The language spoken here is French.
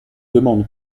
demande